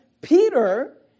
Peter